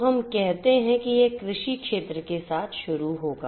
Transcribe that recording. तो हम कहते हैं कि यह कृषि क्षेत्र के साथ शुरू होगा